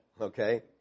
Okay